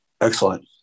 Excellent